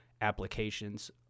applications